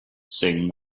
saying